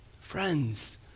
Friends